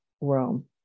Rome